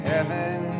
Heaven